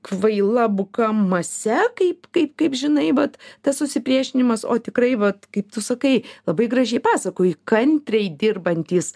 kvaila buka mase kaip kaip kaip žinai vat tas susipriešinimas o tikrai vat kaip tu sakai labai gražiai pasakoji kantriai dirbantys